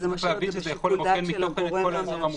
אז זה משאיר את שיקול הדעת של הגורם המאשר,